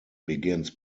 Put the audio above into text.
begins